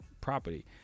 property